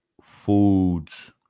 foods